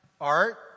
art